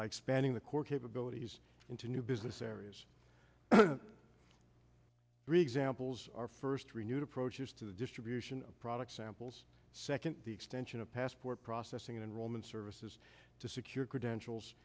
expanding the core capabilities into new business areas three examples are first renewed approaches to the distribution of product samples second the extension of passport processing enrollment services to secure credentials